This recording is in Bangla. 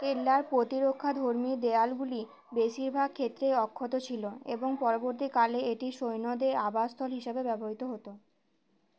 কেল্লার প্রতিরক্ষাধর্মী দেওয়ালগুলি বেশিরভাগ ক্ষেত্রেই অক্ষত ছিল এবং পরবর্তীকালে এটি সৈন্যদের আবাসস্থল হিসাবে ব্যবহিত হতো